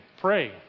pray